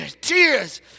tears